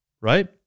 right